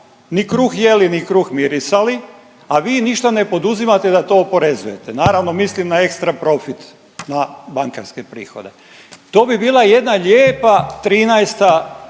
ni kruh jeli, ni kruh mirisali, a vi ništa ne poduzimate da to oporezujete, naravno mislim na ekstra profit na bankarske prihode. To bi bila jedna lijepa 13.